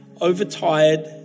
overtired